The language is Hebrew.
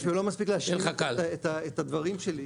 אני אפילו לא מספיק להשלים את הדברים שלי